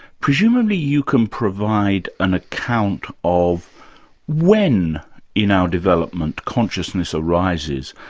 presumably you can provide an account of when in our development consciousness arises,